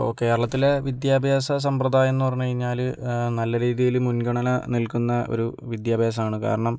ഓ കേരളത്തിലെ വിദ്യാഭ്യാസ സമ്പ്രദായം എന്ന് പറഞ്ഞ് കഴിഞ്ഞാല് നല്ല രീതിയില് മുൻഗണന നൽകുന്ന ഒരു വിദ്യാഭ്യാസമാണ് കാരണം